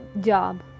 job